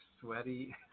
Sweaty